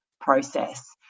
process